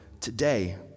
today